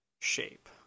shape